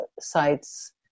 sites